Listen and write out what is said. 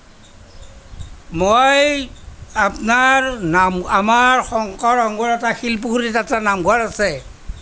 মই আপোনাৰ নাম আমাৰ শংকৰ সংঘৰ এটা শিলপুখুৰীত এটা নামঘৰ আছে